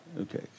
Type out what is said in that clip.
Okay